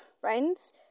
friends